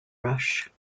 rush